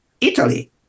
Italy